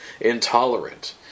intolerant